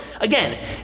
again